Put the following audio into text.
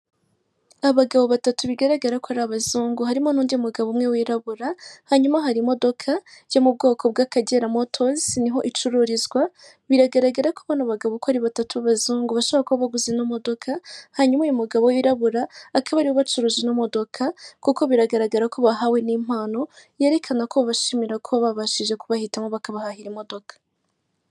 Abagabo batatu bigaragara ko ari abazungu, harimo n'undi mugabo umwe wirabura, hanyuma hari imodoka yo mu bwoko bw'akagera motozi niho icururizwa, biragaragara ko bano bagabo uko ari batatu bashobora kuba baguze ino modoka, hanyuma uyu mugabo wirabura akaba ariwe ubacuruje ino modoka kuko biragaragara ko bahawe n'impano yerekana ko ba bashimira ko babashije kubahitamo bakabahahira ino modoka.